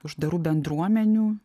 uždarų bendruomenių